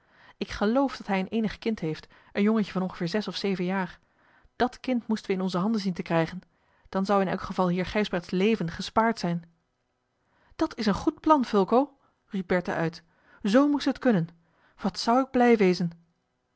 ik geloof dat hij een eenig kind heeft een jongetje van ongeveer zes of zeven jaar dat kind moesten we in onze handen zien te krijgen dan zou in elk geval heer gijsbrechts leven gespaard zijn dat is een goed plan fulco riep bertha uit zoo moest het kunnen wat zou ik blij wezen